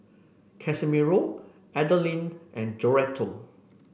Casimiro Adalynn and Joretta